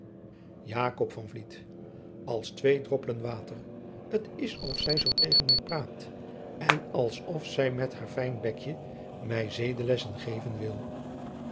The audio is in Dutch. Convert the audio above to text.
als twee droppelen water t is of zij zoo tegen mij praat en als of zij met haar fijn bekje mij zedelessen geven wil